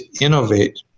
innovate